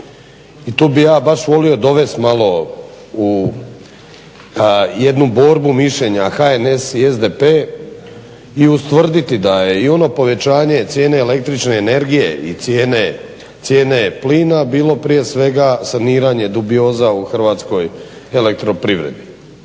i tu bi ja baš volio dovest malo u jednu borbu mišljenja HNS i SDP i ustvrditi da je i ono povećanje cijene električne energije i cijene plina bilo prije svega saniranje dubioza u Hrvatskoj elektroprivredi.